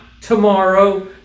tomorrow